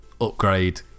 upgrade